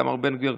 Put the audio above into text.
איתמר בן גביר,